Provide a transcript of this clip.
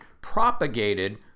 propagated